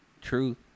truth